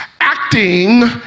acting